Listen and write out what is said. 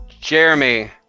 Jeremy